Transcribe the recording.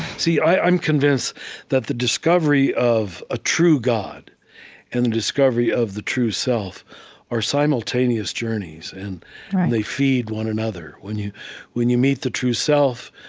see, i'm convinced that the discovery of a true god and the discovery of the true self are simultaneous journeys, and they feed one another. when you when you meet the true self,